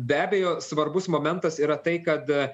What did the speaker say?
be abejo svarbus momentas yra tai kad